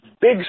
big